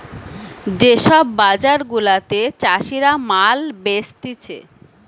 যে সব বাজার গুলাতে চাষীরা মাল বেচতিছে